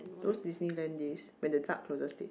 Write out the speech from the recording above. those Disneyland days when the dark closure stated